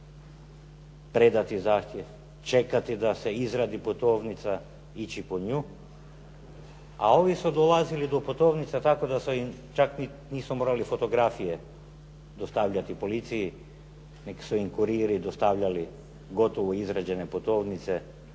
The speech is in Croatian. predati zahtjev, čekati da se izradi putovnica, ići po nju. A ovi su dolazili do putovnice tako da su im čak nisu morali ni fotografije dostavljati policiji, nego su im kuriri dostavljali gotovo izrađene putovnice